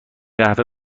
قهوه